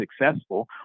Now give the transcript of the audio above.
successful